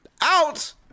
out